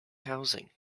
housing